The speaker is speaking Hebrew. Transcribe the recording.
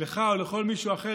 לך או לכל מישהו אחר,